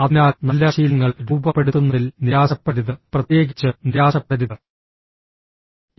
അതിനാൽ നല്ല ശീലങ്ങൾ രൂപപ്പെടുത്തുന്നതിൽ നിരാശപ്പെടരുത് പ്രത്യേകിച്ച് നിരാശപ്പെടരുത്